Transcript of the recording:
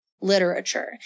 literature